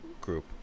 group